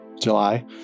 July